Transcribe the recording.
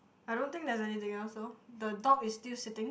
I don't think there's anything else though the dog is still sitting